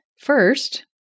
First